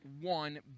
one